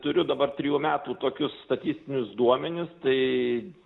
turiu dabar trijų metų tokius statistinius duomenis tai